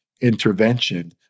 intervention